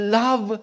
love